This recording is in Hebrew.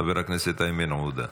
חבר הכנסת איימן עודה.